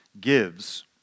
gives